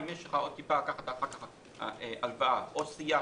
אם יש לך עוד טיפה, אתה יכול לקחת הלוואה, או סיעה